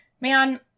Man